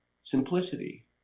simplicity